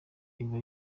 iba